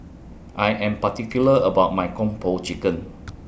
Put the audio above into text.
I Am particular about My Kung Po Chicken